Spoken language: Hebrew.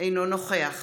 אינו נוכח